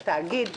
לתאגיד,